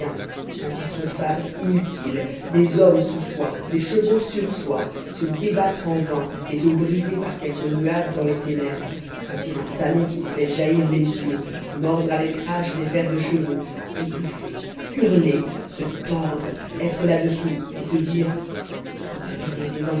sentir son sabre inutile des hommes sous soi des chevaux sur soi se débattre en vain les os brisés par quelque ruade dans les ténèbres sentir un talon qui vous fait jaillir les yeux mordre avec rage des fers de chevaux étouffer hurler se tordre être là-dessous et se dire tout à l'heure j'étais